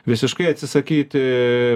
visiškai atsisakyti